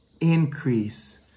increase